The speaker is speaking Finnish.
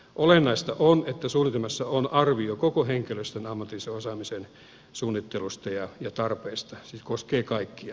olennaista on että suunnitelmassa on arvio koko henkilöstön ammatillisen osaamisen suunnittelusta ja tarpeista siis koskee kaikkia